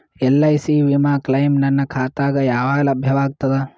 LIC ವಿಮಾ claim ನನ್ನ ಖಾತಾಗ ಯಾವಾಗ ಲಭ್ಯವಾಗತದ?